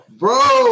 bro